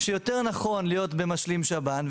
שיותר נכון להיות במשלים שב"ן,